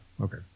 okay